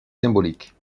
symbolique